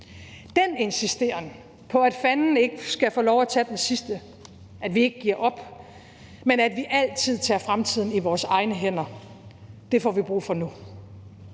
Den insisteren på, at Fanden ikke skal få lov at tage den sidste, at vi ikke giver op, men at vi altid tager fremtiden i vores egne hænder, får vi brug for nu.